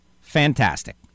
fantastic